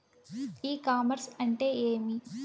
ఇ commerce అంటే ఏమి?